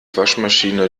waschmaschine